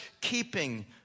keeping